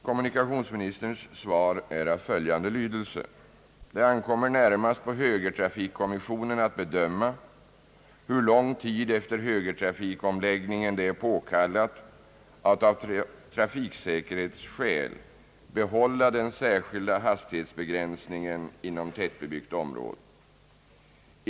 Kommunikationsministerns svar är av följande lydelse: Det ankommer närmast på högertrafikkommissionen att bedöma hur lång tid efter högertrafikomläggningen det är påkallat att av trafiksäkerhetsskäl behålla den särskilda hastighetsbegränsningen inom tättbebyggt område.